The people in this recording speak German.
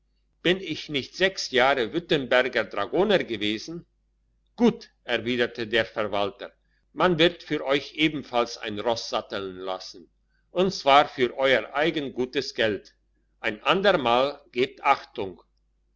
bin ich nicht sechs jahre württemberger dragoner gewesen gut erwiderte der verwalter man wird für euch ebenfalls ein ross satteln lassen und zwar für euer eigen gutes geld ein ander mal gebt achtung